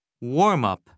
Warm-up